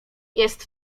jest